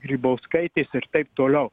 grybauskaitės ir taip toliau